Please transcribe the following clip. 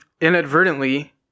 inadvertently